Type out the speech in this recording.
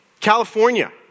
California